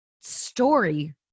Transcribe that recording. story